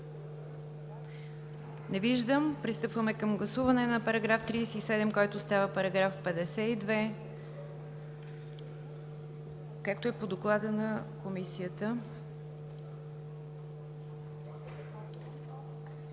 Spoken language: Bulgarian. Не виждам. Пристъпваме към гласуване на § 37, който става § 52, както е по доклада на Комисията.